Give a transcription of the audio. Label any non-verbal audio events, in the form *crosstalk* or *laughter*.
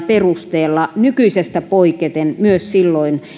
*unintelligible* perusteella nykyisestä poiketen myös silloin